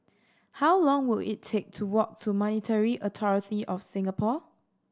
how long will it take to walk to Monetary Authority Of Singapore